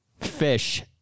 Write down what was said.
fish